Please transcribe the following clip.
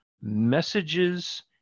messages